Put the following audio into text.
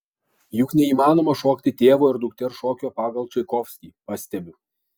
juk neįmanoma šokti tėvo ir dukters šokio pagal čaikovskį pastebiu